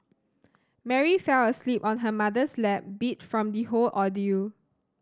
Mary fell asleep on her mother's lap beat from the whole ordeal